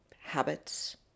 habits